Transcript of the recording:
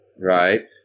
right